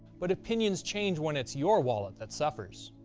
but opinions change when it's your wallet that suffers.